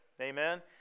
Amen